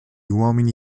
uomini